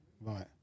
right